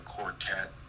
Quartet